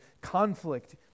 conflict